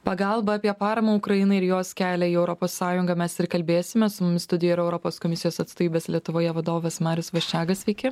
pagalbą apie paramą ukrainai ir jos kelią į europos sąjungą mes ir kalbėsime su mumis studijoj yra europos komisijos atstovybės lietuvoje vadovas marius vaščega sveiki